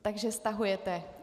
Takže stahujete.